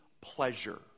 pleasure